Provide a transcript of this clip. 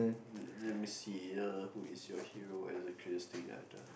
let let me see uh who is your hero exactly